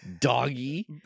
doggy